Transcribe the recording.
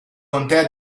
contea